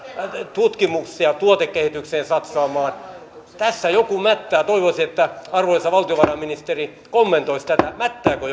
tutkimukseen ja tuotekehitykseen satsaamaan jokin tässä mättää toivoisin että arvoisa valtiovarainministeri kommentoisi tätä mättääkö